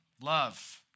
Love